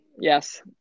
Yes